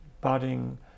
budding